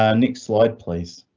um next slide please.